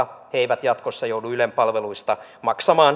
he eivät jatkossa joudu ylen palveluista maksamaan